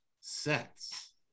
sets